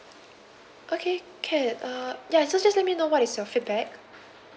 okay can uh ya just just let me know what is your feedback